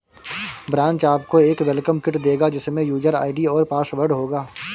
branch आपको एक welcome kit देगा जिसमे यूजर आई.डी और पासवर्ड होगा